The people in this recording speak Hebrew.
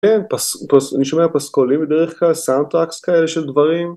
אני שומע פסקולים בדרך כלל, סאונד טראקס כאלה של דברים